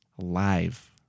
live